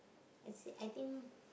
I say I think